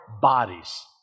bodies